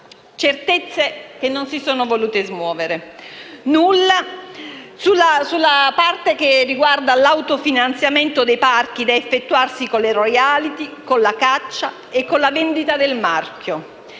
certezze che non si sono volute smuovere. Nulla sulla parte che riguarda l'autofinanziamento dei parchi da effettuarsi con le *royalty*, con la caccia e con la vendita del marchio,